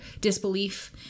disbelief